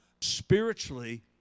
spiritually